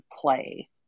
play